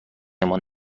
مان